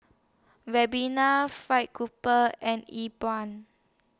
Ribena Fried Grouper and Yi Bua